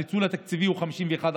הניצול התקציבי הוא 51%,